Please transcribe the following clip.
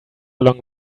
along